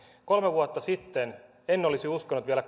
kolme vuotta sitten en olisi uskonut vielä